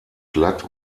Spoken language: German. glatt